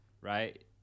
right